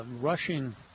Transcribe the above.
rushing